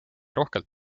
rohkelt